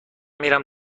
میرم